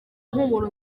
impumuro